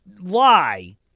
lie